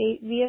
via